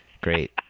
Great